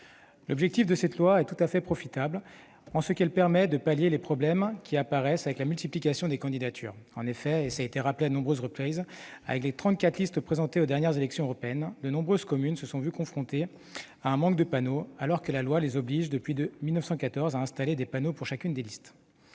proposition de loi est tout à fait profitable en ce qu'elle permet de pallier les problèmes qui apparaissent avec la multiplication des candidatures. En effet, cela a été rappelé, avec les trente-quatre listes présentées aux dernières élections européennes, de nombreuses communes ont été confrontées à un manque de panneaux, alors que la loi les oblige depuis 1914 à en installer pour chacune des listes.